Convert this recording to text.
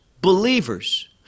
believers